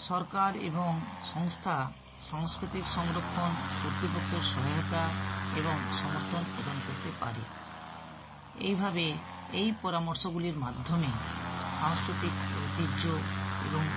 সরকার এবং সংস্থা সাংস্কৃতিক সংরক্ষণ কর্তৃপক্ষের সহায়তা এবং সমর্থন প্রদান করতে পারে এইভাবে এই পরামর্শগুলির মাধ্যমে সাংস্কৃতিক ঐতিহ্য এবং